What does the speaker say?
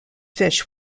fish